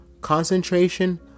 concentration